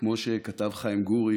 כמו שכתב חיים גורי,